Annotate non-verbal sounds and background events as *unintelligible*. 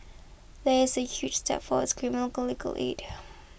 that's a huge step forwards criminal *unintelligible* legal aid